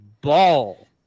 ball